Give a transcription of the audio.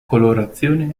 colorazione